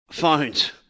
Phones